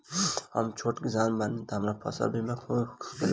हम छोट किसान बानी का हमरा फसल बीमा हो सकेला?